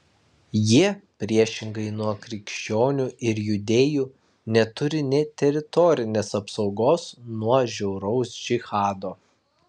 jie priešingai nuo krikščionių ir judėjų neturi nė teritorinės apsaugos nuo žiauraus džihado